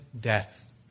death